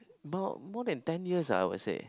more more than ten years ah I would say